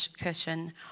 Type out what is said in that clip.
cushion